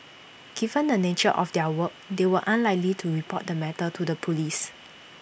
given the nature of their work they were unlikely to report the matter to the Police